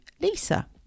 Lisa